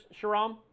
Sharam